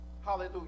hallelujah